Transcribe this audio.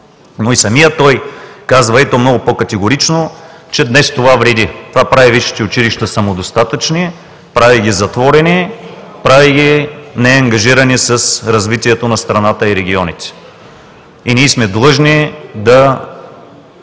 Но и самият той казва, и то много по-категорично, че днес това вреди. Това прави висшите училища самодостатъчни, прави ги затворени, прави ги неангажирани с развитието на страната и регионите. Ние сме длъжни обаче